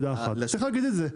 צריך להגיד את זה.